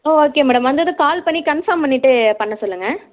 ஓ okay madam வந்ததும் call பண்ணி confirm பண்ணிவிட்டு பண்ண சொல்லுங்கள்